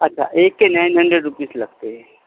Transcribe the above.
اچھا ایک کے نائن ہنڈریڈ روپیز لگتے